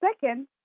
Second